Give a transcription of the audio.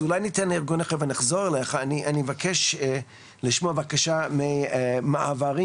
אני אבקש לשמוע נציג מארגון מעברים.